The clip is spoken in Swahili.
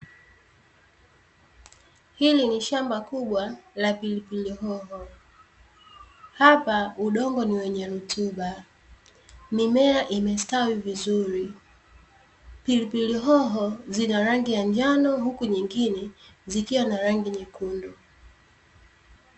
Hili ni shamba kubwa la pilipili hoho. Hapa udongo ni wenye rutuba. Mimea imestawi vizuri, pilipili hoho zina rangi ya njano huku nyingine zikiwa na rangi nyekundu.